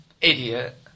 Idiot